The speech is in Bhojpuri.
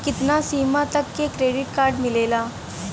कितना सीमा तक के क्रेडिट कार्ड मिलेला?